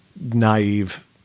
naive